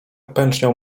pęczniał